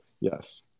yes